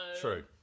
True